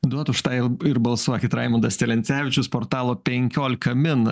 duot už tą ir balsuokit raimundas celencevičius portalo penkiolika min